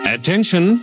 Attention